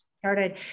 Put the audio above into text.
Started